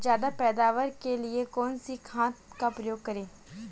ज्यादा पैदावार के लिए कौन सी खाद का प्रयोग करें?